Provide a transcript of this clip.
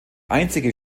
einzige